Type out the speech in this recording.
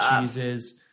cheeses